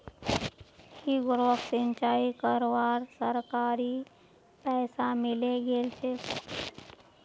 की गौरवक सिंचाई करवार सरकारी पैसा मिले गेल छेक